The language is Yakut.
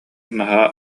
наһаа